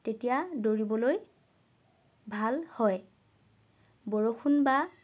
তেতিয়া দৌৰিবলৈ ভাল হয় বৰষুণ বা